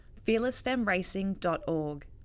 fearlessfemracing.org